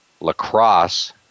lacrosse